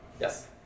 Yes